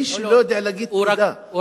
מי